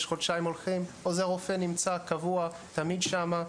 עוזר רופא נמצא קבוע, תמיד שם,